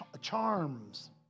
charms